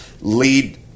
lead